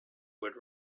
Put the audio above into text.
would